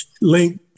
Link